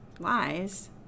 lies